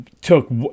took